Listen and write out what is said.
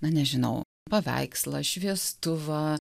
na nežinau paveikslą šviestuvą